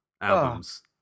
albums